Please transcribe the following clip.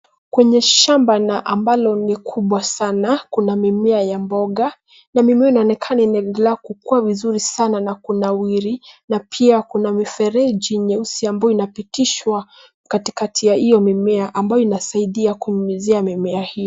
Kwenye shamba na ambalo ni kubwa sana, kuna mimea ya mboga na mimea inaonekana kuendelea kukua vizuri sana kunawiri na pia kuna mifereji nyeusi ambayo inapitishwa katikati ya hiyo mimea ambayo inasaidia kunyunyizia mimea hiyo.